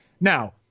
Now